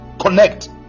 Connect